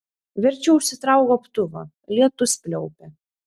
verčiau užsitrauk gobtuvą lietus pliaupia